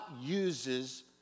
uses